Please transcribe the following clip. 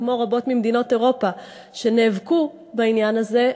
כמו רבות ממדינות אירופה שנאבקו בעניין הזה,